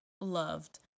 loved